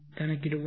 கணக்கிடுவோம்